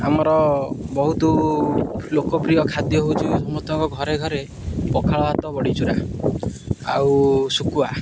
ଆମର ବହୁତ ଲୋକପ୍ରିୟ ଖାଦ୍ୟ ହେଉଛି ସମସ୍ତଙ୍କ ଘରେ ଘରେ ପଖାଳ ଭାତ ବଢ଼ିଚୁରା ଆଉ ଶୁକୁୁଆ